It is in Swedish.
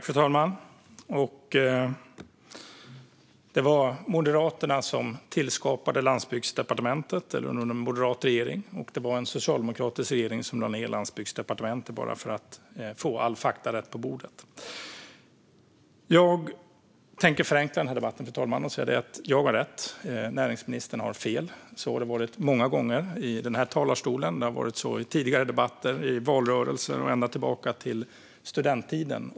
Fru talman! Det var Moderaterna som tillskapade Landsbygdsdepartementet, eller det skedde under en moderat regering, och det var en socialdemokratisk regering som lade ned Landsbygdsdepartementet - bara för att få alla fakta på bordet rätt. Jag tänker förenkla debatten, fru talman, och säga att jag har rätt och näringsministern fel. Så har det varit många gånger i den här talarstolen, i tidigare debatter, i valrörelser och ända tillbaka till studenttiden.